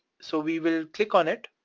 so we will click on it,